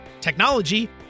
technology